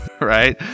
right